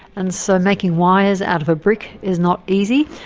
and so making wires out of a brick is not easy,